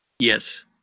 Yes